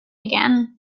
again